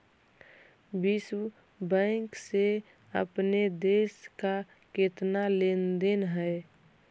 विश्व बैंक से अपने देश का केतना लें देन हई